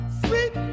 sweet